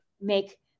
make